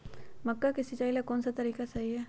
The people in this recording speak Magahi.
मक्का के सिचाई ला कौन सा तरीका सही है?